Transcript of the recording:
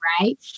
right